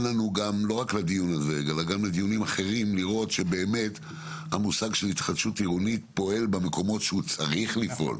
לנו לראות אם ההתחדשות העירונית פועלת במקום שהיא צריכה,